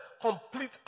complete